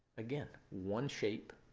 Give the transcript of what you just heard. again, one shape,